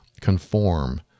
conform